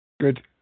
Good